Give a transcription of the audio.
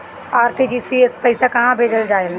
RTGS से पइसा कहे भेजल जाला?